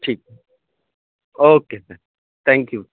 ٹھیک okay sir thank you